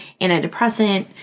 antidepressant